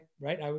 right